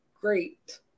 great